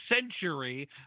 century